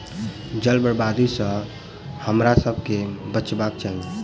जलक बर्बादी सॅ हमरासभ के बचबाक चाही